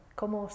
¿cómo